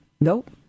Nope